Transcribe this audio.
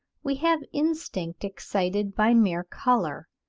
we have instinct excited by mere colour,